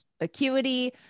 acuity